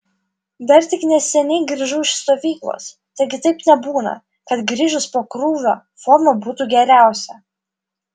dar tik neseniai grįžau iš stovyklos taigi taip nebūna kad grįžus po krūvio forma būtų geriausia